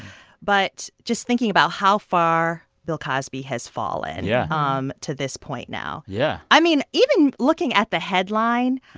but just thinking about how far bill cosby has fallen. yeah. um to this point now yeah i mean, even looking at the headline,